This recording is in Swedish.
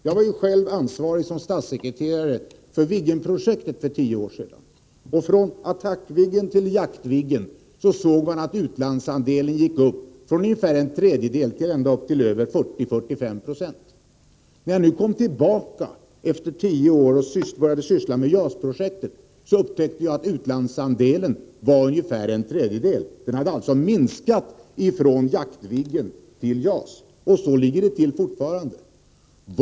Jag var ju själv som statssekreterare ansvarig för Viggen-projektet för tio år sedan och från attack-Viggen till jakt-Viggen gick utlandsandelen upp från ungefär en tredjedel till över 40-45 96. När jag efter tio år kom tillbaka och började syssla med JAS-projektet upptäckte jag att utlandsandelen var ungefär en tredjedel. Den hade alltså minskat från jakt-Viggen till JAS. Och så ligger det till fortfarande.